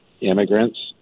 immigrants